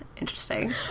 Interesting